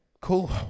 cool